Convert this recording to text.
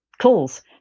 calls